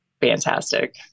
fantastic